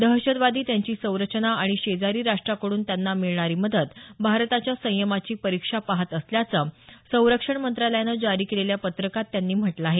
दहशतवादी त्यांची संरचना आणि शेजारी राष्ट्राकडून त्यांना मिळणारी मदत भारताच्या संयमाची परिक्षा पाहत असल्याचं संरक्षण मंत्रालयानं जारी केलेल्या पत्रकात त्यांनी म्हटलं आहे